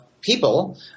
people